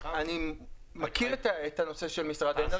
אני מכיר את הנושא של משרד האנרגיה.